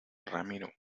ramiro